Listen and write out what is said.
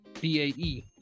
b-a-e